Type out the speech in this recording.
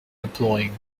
deploying